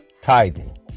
tithing